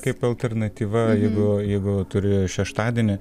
kaip alternatyva jeigu jeigu turi šeštadienį